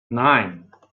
nine